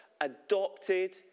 adopted